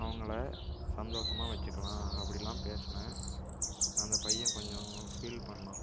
அவங்கள சந்தோஷமாக வைச்சிக்கலாம் அப்படிலாம் பேசுனேன் அந்த பையன் கொஞ்சம் ஃபீல் பண்ணான்